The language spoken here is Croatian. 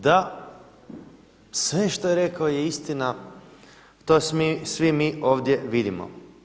Da, sve što je rekao je istina to svi mi ovdje vidimo.